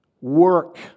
work